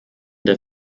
der